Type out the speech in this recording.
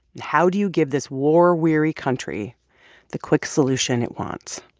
how do you give this war-weary country the quick solution it wants?